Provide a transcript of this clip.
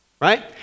right